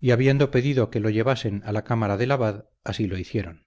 y habiendo pedido que la llevasen a la cámara del abad así lo hicieron